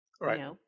Right